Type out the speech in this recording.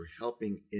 helping